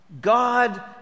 God